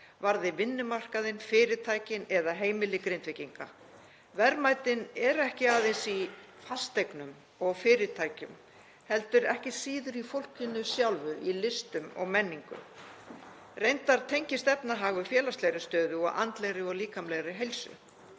varði vinnumarkaðinn, fyrirtæki eða heimili Grindvíkinga. Verðmætin eru ekki aðeins í fasteignum og fyrirtækjum heldur ekki síður í fólkinu sjálfu, í listum og menningu. Reyndar tengist efnahagur félagslegri stöðu og andlegri og líkamlegri heilsu.